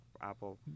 Apple